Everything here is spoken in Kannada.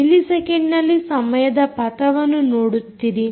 ಮಿಲಿ ಸೆಕೆಂಡ್ನಲ್ಲಿ ಸಮಯದ ಪಥವನ್ನು ನೋಡುತ್ತಿರಿ